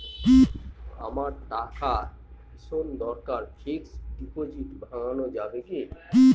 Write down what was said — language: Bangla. আমার টাকার ভীষণ দরকার ফিক্সট ডিপোজিট ভাঙ্গানো যাবে কি?